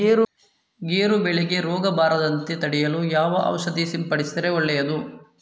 ಗೇರು ಬೆಳೆಗೆ ರೋಗ ಬರದಂತೆ ತಡೆಯಲು ಯಾವ ಔಷಧಿ ಸಿಂಪಡಿಸಿದರೆ ಒಳ್ಳೆಯದು?